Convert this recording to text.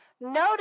Notice